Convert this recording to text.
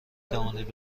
توانید